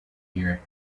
here